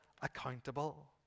accountable